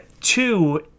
Two